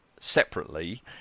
separately